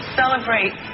celebrate